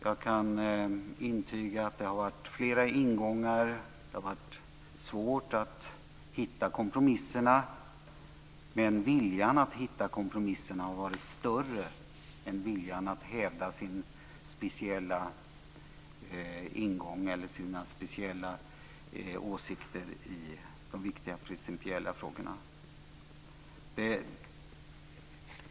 Jag kan intyga att det har varit flera ingångar, och det har varit svårt att hitta kompromisserna. Men viljan att hitta kompromisserna har varit större än viljan att hävda sina speciella ingångar eller åsikter i de viktiga principiella frågorna.